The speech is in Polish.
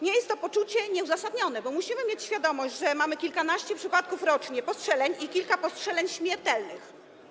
Nie jest to poczucie nieuzasadnione, bo musimy mieć świadomość, że jest kilkanaście przypadków rocznie postrzeleń i kilka przypadków postrzeleń śmiertelnych.